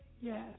Yes